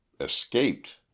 escaped